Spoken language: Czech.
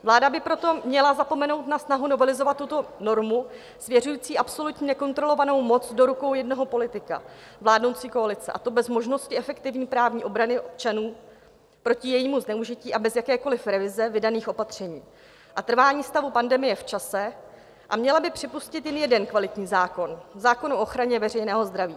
Vláda by proto měla zapomenout na snahu novelizovat tuto normu svěřující absolutní nekontrolovanou moc do rukou jednoho politika vládnoucí koalice, a to bez možnosti efektivní právní obrany občanů proti jejímu zneužití a bez jakékoliv revize vydaných opatření a trvání stavu pandemie v čase a měla by připustit jen jeden kvalitní zákon zákon o ochraně veřejného zdraví.